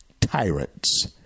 Tyrants